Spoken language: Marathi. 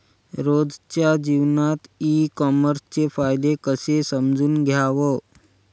रोजच्या जीवनात ई कामर्सचे फायदे कसे समजून घ्याव?